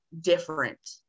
different